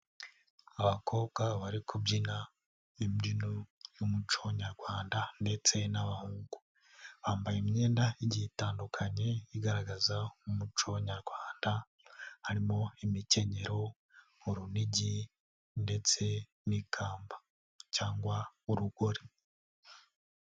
Abakobwa bari kubyina imbyino y'umuco nyarwanda ndetse n'abahungu, bambaye imyenda igi itandukanye igaragaza umuco nyarwanda harimo imikenyero, urunigi ndetse n'ikamba cyangwa urugori.